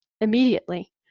immediately